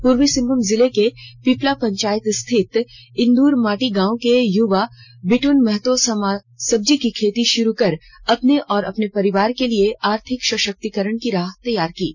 पूर्वी सिंहभूम जिले के पीपला पंचायत स्थित इंद्र माटी गांव के युवा विट्न महतो सब्जी की खेती शुरू कर अपने और अपने परिवार के लिए आर्थिक सशक्तिकरण की राह तैयार की है